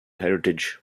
heritage